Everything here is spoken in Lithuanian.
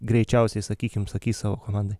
greičiausiai sakykim sakys savo komandai